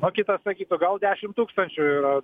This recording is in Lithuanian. o kitas sakytų gal dešim tūkstančių yra